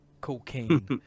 cocaine